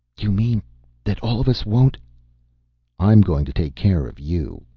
you mean that all of us won't i'm going to take care of you,